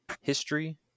history